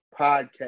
Podcast